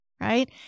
Right